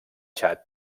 txad